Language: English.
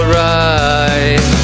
right